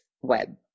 web